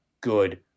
good